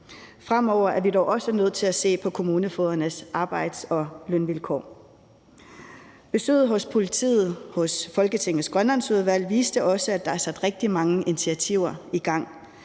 Fremover er vi dog også nødt til at se på kommunefogedernes arbejds- og lønvilkår. Folketingets Grønlandsudvalgs besøg hos politiet viste også, at der er sat rigtig mange initiativer i gang,